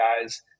guys